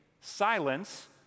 silence